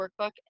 Workbook